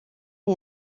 est